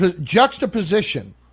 juxtaposition